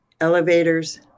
Elevators